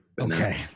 Okay